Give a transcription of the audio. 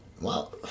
Wow